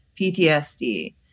PTSD